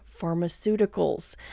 pharmaceuticals